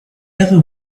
ever